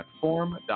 form